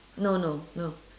no no no